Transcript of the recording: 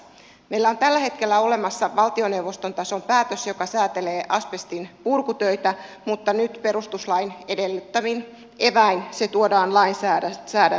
meillä on tällä hetkellä olemassa valtioneuvoston tason päätös joka säätelee asbestin purkutöitä mutta nyt perustuslain edellyttämin eväin se tuodaan lainsäädäntöön asti